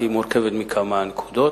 כי היא מורכבת מכמה נקודות.